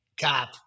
cop